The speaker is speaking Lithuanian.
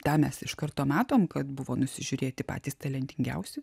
tą mes iš karto matom kad buvo nusižiūrėti patys talentingiausi